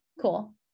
Cool